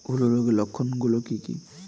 হূলো রোগের লক্ষণ গুলো কি কি?